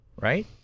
right